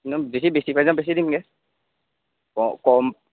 বেছি বেছি পাই যাওঁ বেচি দিমগে অঁ কম